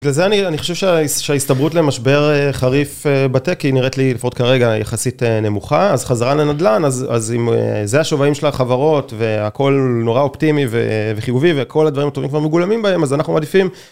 לזה אני חושב שההסתברות למשבר חריף ב-Tech היא נראית לי לפחות כרגע יחסית נמוכה, אז חזרה לנדלן, אז אם זה השוויים של החברות והכל נורא אופטימי וחיובי, וכל הדברים הטובים כבר מגולמים בהם, אז אנחנו מעדיפים